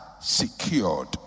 secured